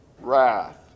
wrath